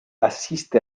assiste